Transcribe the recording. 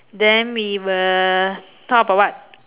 then we will talk about what